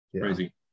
crazy